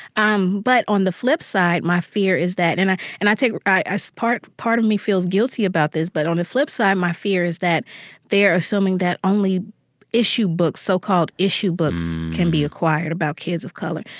um but on the flip side, my fear is that and i and i take as part part of me feels guilty about this, but on the flip side, my fear is that they're assuming that only issue books, so-called issue books can be acquired about kids of color.